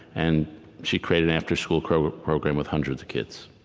and she created an afterschool program program with hundreds of kids.